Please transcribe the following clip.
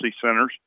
centers